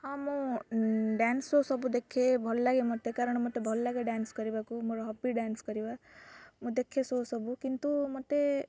ହଁ ମୁଁ dance show ସବୁ ଦେଖେ ଭଲ ଲାଗେ ମୋତେ କାରଣ ମୋତେ ଭଲ ଲାଗେ ଡ୍ୟାନ୍ସ୍ କରିବାକୁ ମୋର ହବି ଡ୍ୟାନ୍ସ୍ କରିବା ମୁଁ ଦେଖେ ଶୋ ସବୁ କିନ୍ତୁ ମୋତେ